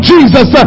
Jesus